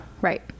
Right